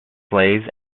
slaves